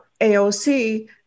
AOC